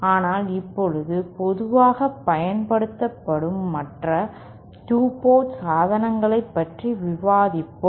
ஆனால் இப்போது பொதுவாக பயன்படுத்தப்படும் மற்ற 2 போர்ட் சாதனங்களைப் பற்றி விவாதிப்போம்